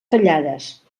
tallades